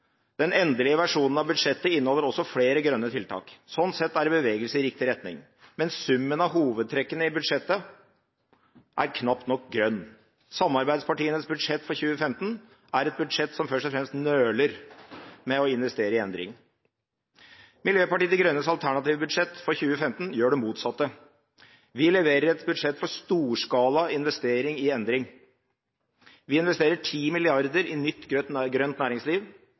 den endelige versjonen av budsjettet inneholder også flere grønne tiltak, sånn sett er det en bevegelse i riktig retning, men summen av hovedtrekkene i budsjettet er knapt nok grønn. Samarbeidspartienes budsjett for 2015 er et budsjett som først og fremst nøler med å investere i endring. Miljøpartiet De Grønnes alternative budsjett for 2015 gjør det motsatte. Vi leverer et budsjett for storskala investering i endring. Vi investerer 10 mrd. kr i nytt grønt næringsliv,